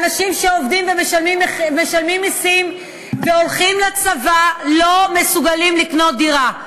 אנשים שעובדים ומשלמים מסים והולכים לצבא לא מסוגלים לקנות דירה.